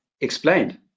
explained